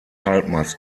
halbmast